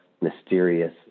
mysterious